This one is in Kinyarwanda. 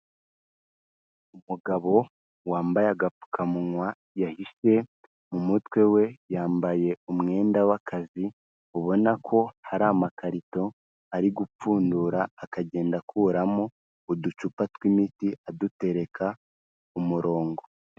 Umugabo wambaye agapfukamunwa yahishe mu mutwe we, yambaye umwenda w'akazi, ubona ko hari amakarito ari gupfundura akagenda akuramo uducupa tw'imiti adutereka ku umurongo.